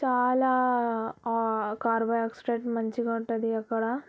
చాలా carbon oxidant మంచిగా ఉంటుంది అక్కడ